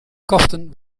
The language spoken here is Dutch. kaften